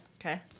Okay